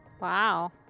Wow